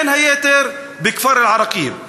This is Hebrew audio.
בין היתר בכפר אל-עראקיב.